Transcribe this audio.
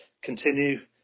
Continue